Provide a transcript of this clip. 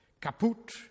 caput